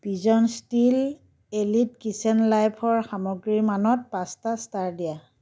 pigeon steel elite kitchen লাইফৰ সামগ্ৰীৰ মানত পাঁচটা ষ্টাৰ দিয়া